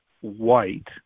white